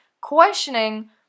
questioning